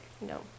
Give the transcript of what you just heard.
no